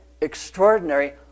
extraordinary